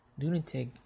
lunatic